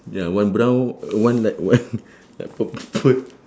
ya one brown one like one like purple